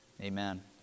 amen